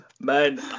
Man